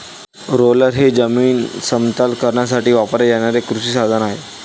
roller हे जमीन समतल करण्यासाठी वापरले जाणारे एक कृषी साधन आहे